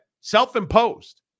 self-imposed